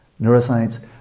neuroscience